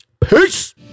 Peace